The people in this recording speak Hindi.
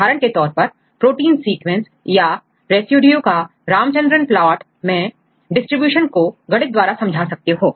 उदाहरण के तौर पर प्रोटीन सीक्वेंसेस या रेसिड्यू का रामाचंद्रन प्लॉट में डिस्ट्रीब्यूशन को गणित द्वारा समझा सकते हैं